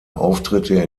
auftritte